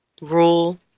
rule